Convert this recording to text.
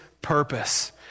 purpose